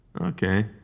Okay